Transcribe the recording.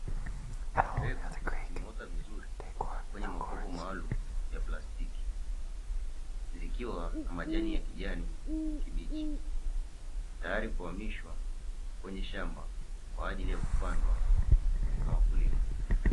Mbegu zimeota vizuri kwenye makopo maalumu ya plastiki, zikiwa na majani ya kijani kibichi, tayari kuhamishwa kwenye shamba kwa ajili ya kupandwa na wakulima.